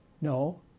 No